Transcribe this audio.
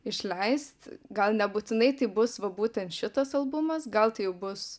išleist gal nebūtinai tai bus va būtent šitas albumas gal tai jau bus